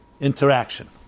interaction